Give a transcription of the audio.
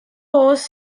hosts